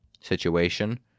situation